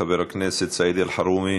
חבר הכנסת סעיד אלחרומי,